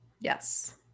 Yes